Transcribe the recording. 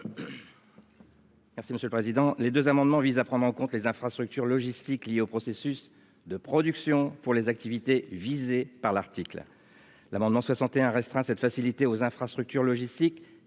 Merci monsieur le président. Les 2 amendement vise à prendre en compte les infrastructures logistiques, liés au processus de production pour les activités visées par l'article. L'amendement 61 restreint cette facilité aux infrastructures logistiques